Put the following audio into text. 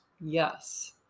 Yes